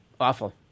awful